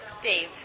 Dave